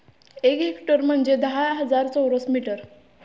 एक हेक्टर म्हणजे दहा हजार चौरस मीटर